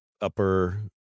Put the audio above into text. Upper